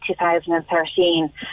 2013